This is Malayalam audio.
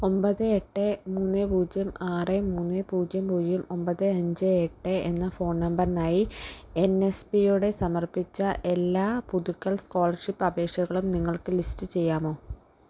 ഒമ്പത് എട്ട് മൂന്ന് പൂജ്യം ആറ് മൂന്ന് പൂജ്യം പൂജ്യം ഒമ്പത് അഞ്ച് എട്ട് എന്ന ഫോൺ നമ്പറിനായി എൻ എസ് പി യുടെ സമർപ്പിച്ച എല്ലാ പുതുക്കൽ സ്കോളർഷിപ്പ് അപേക്ഷകളും നിങ്ങൾക്ക് ലിസ്റ്റ് ചെയ്യാമോ